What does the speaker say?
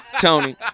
Tony